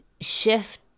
shift